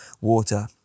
water